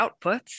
outputs